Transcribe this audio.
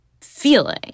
feeling